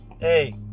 Hey